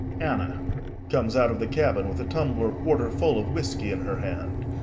anna comes out of the cabin with a tumbler quarter-full of whiskey in her hand.